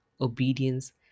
obedience